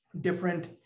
Different